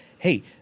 hey